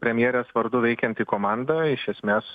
premjerės vardu veikianti komanda iš esmės